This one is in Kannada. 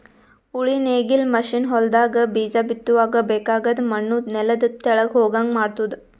ಉಳಿ ನೇಗಿಲ್ ಮಷೀನ್ ಹೊಲದಾಗ ಬೀಜ ಬಿತ್ತುವಾಗ ಬೇಕಾಗದ್ ಮಣ್ಣು ನೆಲದ ತೆಳಗ್ ಹೋಗಂಗ್ ಮಾಡ್ತುದ